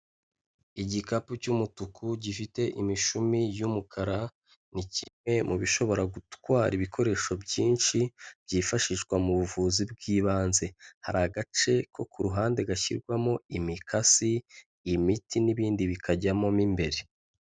Igikapu cy'umutuku gifite imishumi y'umukara ni kimwe mu bishobora gutwara ibikoresho byinshi byifashishwa mu buvuzi bw'ibanze, hari agace ko ku ruhande gashyirwamo imikasi, imiti n'ibindi bikajyamo imbere.